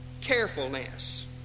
carefulness